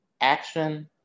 action